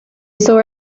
saw